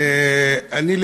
אני,